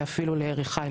ואפילו לירי חי,